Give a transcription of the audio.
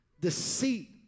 deceit